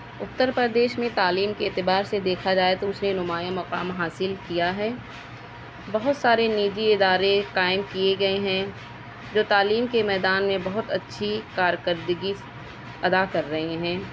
اتر پردیش میں تعلیم کے اعتبار سے دیکھا جائے تو اس نے نمایاں مقام حاصل کیا ہے بہت سارے نجی ادارے قائم کئے گئے ہیں جو تعلیم کے میدان میں بہت اچھی کارکردگی ادا کر رہے ہیں